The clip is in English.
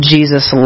Jesus